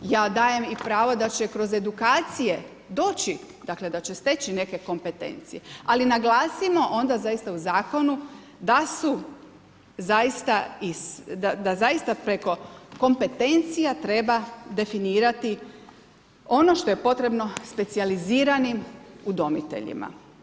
Ja dajem i pravo da će kroz edukacije doći dakle, da će steći neke kompetencije, ali naglasimo onda zaista u zakonu da su zaista, da zaista preko kompetencija treba definirati ono što je potrebno specijaliziranim udomiteljima.